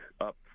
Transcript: up